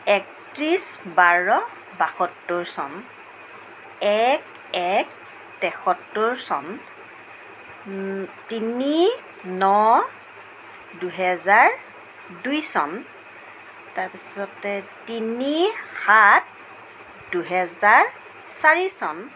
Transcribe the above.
একত্ৰিছ বাৰ বাসত্তৰ চন এক এক তেসত্তৰ চন তিনি ন দুহেজাৰ দুই চন তাৰ পিছতে তিনি সাত দুহেজাৰ চাৰি চন